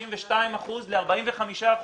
מ-52 אחוזים ל-45 אחוזים.